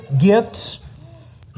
gifts